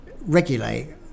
regulate